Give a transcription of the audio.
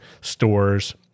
stores